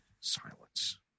Silence